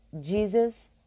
Jesus